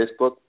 Facebook